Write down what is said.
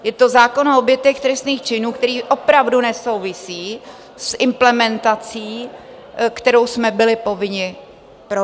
Je to zákon o obětech trestných činů, který opravdu nesouvisí s implementací, kterou jsme byli povinni provést.